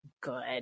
good